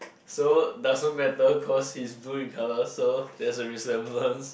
so doesn't matter cause he's blue in colour so there's a resemblance